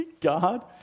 God